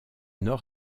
nord